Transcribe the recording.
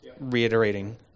reiterating